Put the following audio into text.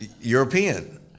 European